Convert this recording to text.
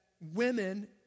women